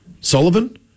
Sullivan